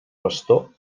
pastor